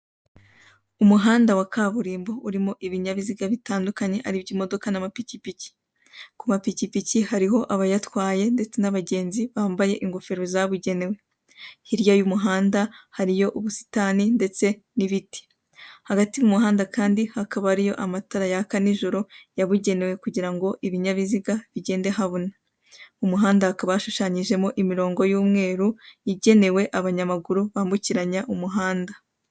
Umuhanda wa kaburindo urimo ibinyabiziga bitandukanye aribyo: imodoka n'amapikipiki. Ku mapikipiki hariho abayatwaye ndetse n'abagenzi bambaye ingofero zabugenewe hirya y'umuhanda hariho ubusitani ndetse n'ibiti, hagati mu muhanda Kandi hariho amatara yaka n'ijoro yabugenewe kugira ngo ibinyabiziga bigenda habona . mumuhanda hakaba hashushanyije imirongo y'umweru igenewe abanyamaguru bambukiranya umuganda.